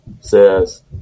says